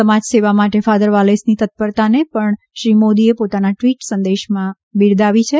સમાજ સેવા માટે ફાધર વાલેસની તત્પરતાને પણ શ્રીમોદીએ પોતાના ટ્વિટ સંદેશામાં બિરદાવી છે